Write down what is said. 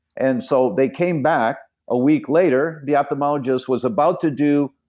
and so they came back a week later, the ophthalmologist was about to do,